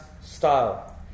style